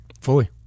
fully